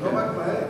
אבל לא רק בהן,